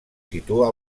situa